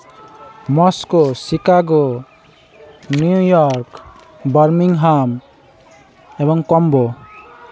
Moscow Chicago New York Berlin ᱦᱟᱢ ᱮᱵᱚᱝ ᱠᱚᱢᱵᱳ